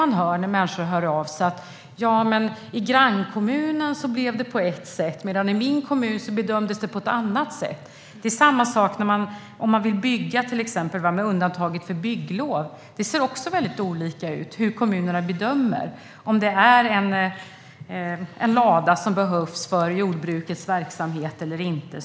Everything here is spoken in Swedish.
När människor hör av sig får man höra att det blev på ett sätt i grannkommunen men bedömdes på ett annat sätt i den egna kommunen. Det är samma sak till exempel med undantag för bygglov. Där är det också väldigt olika vilka bedömningar kommunerna gör, exempelvis av om en lada behövs för jordbrukets verksamhet eller inte.